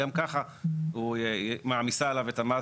גם ככה מעמיסה עליו את מס